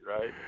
right